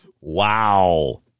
Wow